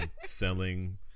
selling